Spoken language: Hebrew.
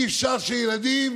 אי-אפשר שילדים